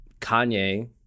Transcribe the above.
Kanye